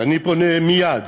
ואני פונה מייד